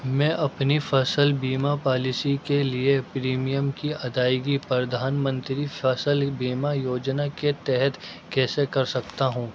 میں اپنی فصل بیما پالیسی کے لیے پریمیم کی ادائیگی پردھان منتری فصل بیما یوجنا کے تحت کیسے کر سکتا ہوں